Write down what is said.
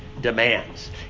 demands